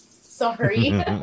Sorry